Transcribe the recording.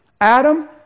Adam